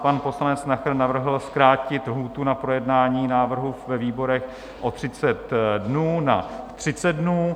Pan poslanec Nacher navrhl zkrátit lhůtu na projednání návrhu ve výborech o 30 dnů na 30 dnů.